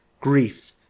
Grief